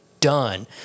done